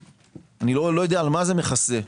לא יודע על מה זה מכסה,